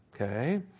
Okay